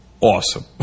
Awesome